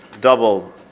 double